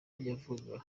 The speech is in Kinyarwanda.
yavugaga